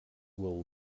will